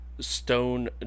stone